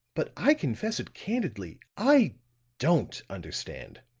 but i confess it candidly i don't understand.